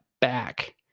back